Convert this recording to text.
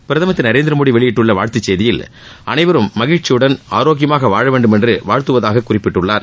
பிரதமா் திரு நரேந்திரமோடி வெளியிட்டுள்ள வாழ்த்துச் செய்தியில் அனைவரும் மகிழ்ச்சியுடன் ஆரோக்கியமாக வாழ வேண்டுமென்று வாழ்த்துவதாகக் குறிப்பிட்டுள்ளார்